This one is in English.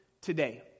today